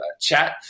chat